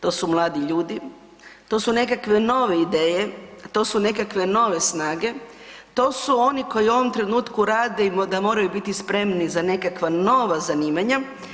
To su mladi ljudi, to su nekakve nove ideje, to su nekakve nove snage, to su oni koji u ovom trenutku rade i da moraju biti spremni za nekakva nova zanimanja.